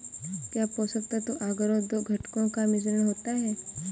क्या पोषक तत्व अगरो दो घटकों का मिश्रण होता है?